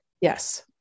Yes